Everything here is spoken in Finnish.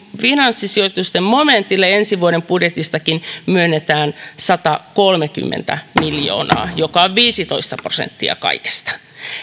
finanssisijoituksen momentille ensi vuoden budjetistakin myönnetään satakolmekymmentä miljoonaa joka on viisitoista prosenttia kaikesta